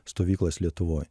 stovyklas lietuvoj